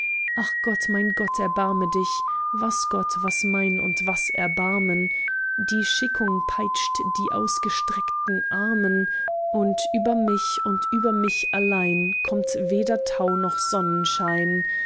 ach gott mein gott erbarme dich was gott was mein und was erbarmen die schickung peitscht die ausgestreckten armen und über mich und über mich allein kommt weder tau noch sonnenschein